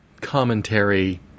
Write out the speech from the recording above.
commentary